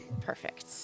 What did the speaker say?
Perfect